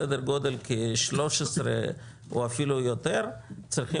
סדר גודל של כ-13 או אפילו יותר צריכים